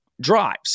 drives